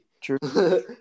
True